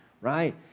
right